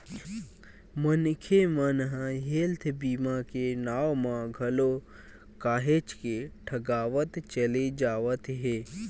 मनखे मन ह हेल्थ बीमा के नांव म घलो काहेच के ठगावत चले जावत हे